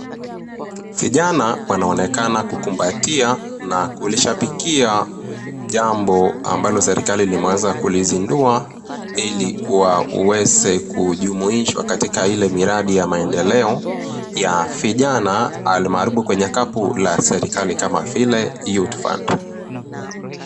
Vijana wanaonekana kukumbatia na kulishabikia jambo ambalo serikali limeanza kulizindua, ili waweze kujumuishwa katika ile miradi ya maendeleo ya vijana, almaribu kwenye kapu la serikali kama vile (CS)Youth Fund(CS).